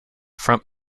front